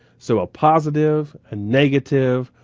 so a positive, a negative,